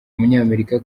umunyamerika